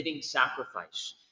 sacrifice